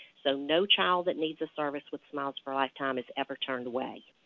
so no child that needs a service with smiles for a lifetime is ever turned away.